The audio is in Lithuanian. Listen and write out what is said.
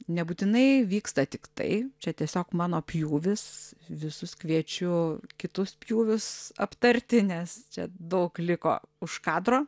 nebūtinai vyksta tiktai čia tiesiog mano pjūvis visus kviečiu kitus pjūvius aptarti nes čia daug liko už kadro